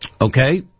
Okay